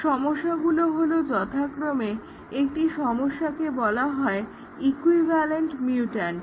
এই সমস্যাগুলো হলো যথাক্রমে একটি সমস্যাকে বলা হয় ইকুইভ্যালেন্ট মিউট্যান্ট